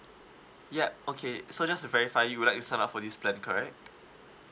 yup okay so just to verify you will like to sign up for this plan correct